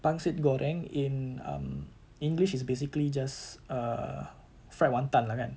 pangsit goreng in um english is basically just a fried wanton lah kan